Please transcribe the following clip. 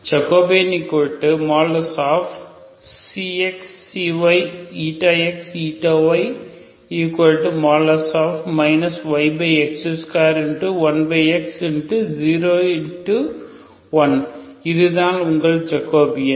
Jx y x y yx2 1x 0 1 இதுதான் உங்கள் Jacobian